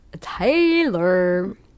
Taylor